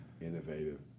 innovative